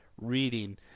reading